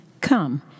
Come